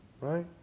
right